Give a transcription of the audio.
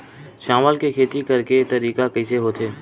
चावल के खेती करेके तरीका कइसे होथे?